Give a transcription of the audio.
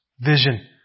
vision